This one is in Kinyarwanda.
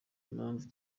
mpamvu